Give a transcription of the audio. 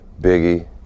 Biggie